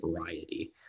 variety